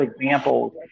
examples